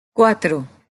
cuatro